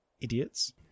idiots